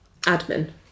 admin